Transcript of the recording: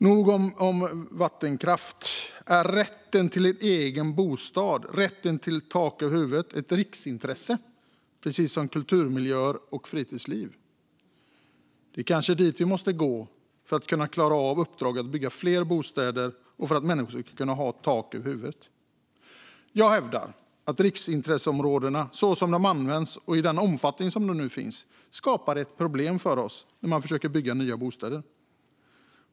Nog om vattenkraft! Är rätten till en egen bostad, rätten till tak över huvudet, ett riksintresse precis som kulturmiljöer och friluftsliv? Det kanske är dit vi måste gå för att klara av uppdraget att bygga fler bostäder och för att människor ska ha tak över huvudet. Jag hävdar att riksintresseområden så som de nu används och i den omfattning som de nu finns i skapar ett problem när man försöker bygga nya bostäder.